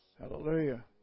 Hallelujah